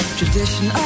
tradition